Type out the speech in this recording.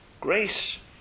Grace